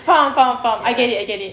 faham faham faham I get it I get it